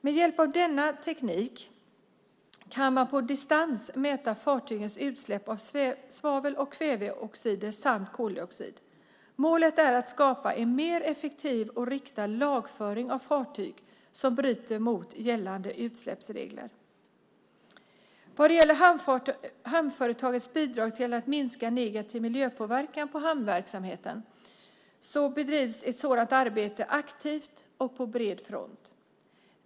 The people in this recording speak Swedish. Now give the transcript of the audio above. Med hjälp av denna teknik kan man på distans mäta fartygens utsläpp av svavel och kväveoxider samt koldioxid. Målet är att skapa en mer effektiv och riktad lagföring av fartyg som bryter mot gällande utsläppsregler. Vad gäller hamnföretagens bidrag till att minska negativ miljöpåverkan från hamnverksamheten bedrivs ett sådant arbete aktivt och på bred front.